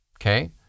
Okay